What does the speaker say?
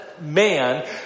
man